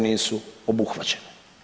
nisu obuhvaćene.